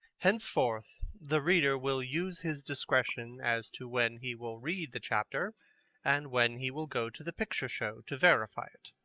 henceforth the reader will use his discretion as to when he will read the chapter and when he will go to the picture show to verify it.